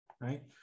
right